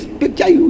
picture